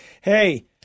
hey